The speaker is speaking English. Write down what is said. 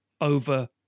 over